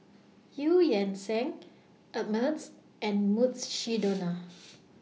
EU Yan Sang Ameltz and Mukshidonna